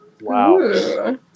Wow